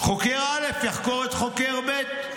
חוקר א' יחקור את חוקר ב',